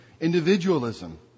individualism